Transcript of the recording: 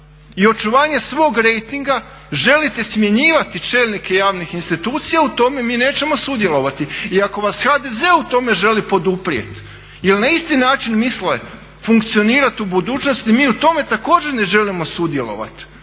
i očuvanja svog rejtinga želite smjenjivati čelnike javnih institucija, u tome mi nećemo sudjelovati i ako vas HDZ u tome želi poduprijet jer na isti način misle funkcionirat u budućnosti, mi u tome također ne želimo sudjelovat.